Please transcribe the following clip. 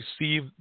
receive